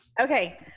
okay